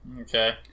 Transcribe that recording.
Okay